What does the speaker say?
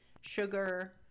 sugar